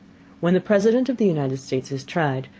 when the president of the united states is tried,